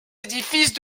édifices